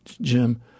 Jim